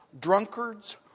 drunkards